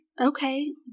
okay